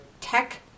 Tech